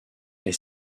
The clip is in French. est